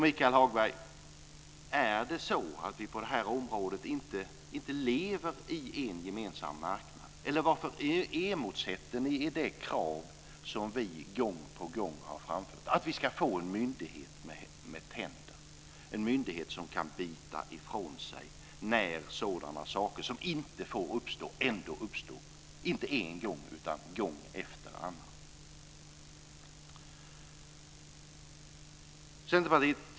Michael Hagberg, är det så att vi på det här området inte lever med en gemensam marknad? Eller varför emotsätter ni er det krav som vi gång på gång har framfört om att vi ska få en myndighet med tänder, en myndighet som kan bita ifrån sig när sådana saker som inte får uppstå ändå uppstår inte en gång utan gång efter annan?